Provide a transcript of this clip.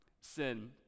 sin